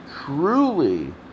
truly